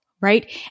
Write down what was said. right